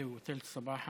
הכול נעצר.